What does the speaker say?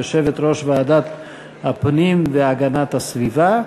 יושבת-ראש ועדת הפנים והגנת הסביבה.